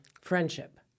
friendship